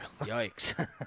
Yikes